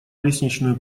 лестничную